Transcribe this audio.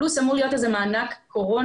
פלוס אמור להיות איזה מענק קורונה,